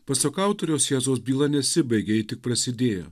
pasak autoriaus jėzaus byla nesibaigė ji tik prasidėjo